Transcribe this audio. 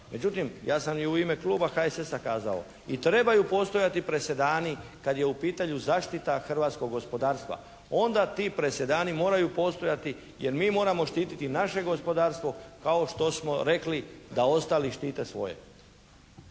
Međutim ja sam i u ime kluba HSS-a kazao, i trebaju postojati presedani kada je u pitanju zaštita hrvatskog gospodarstva. Onda ti presedani moraju postojati jer mi moramo štititi naše gospodarstvo kao što smo rekli da ostali štite svoje.